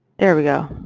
there we go.